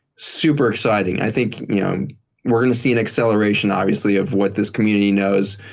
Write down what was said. super exciting. i think we're going to see an acceleration, obviously of what this community knows,